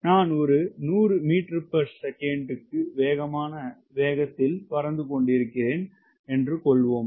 நான் ஒரு 100 ms க்கு சமமாக வேகத்தில் பறந்து கொண்டிருக்கிறேன் என்று கொள்வோம்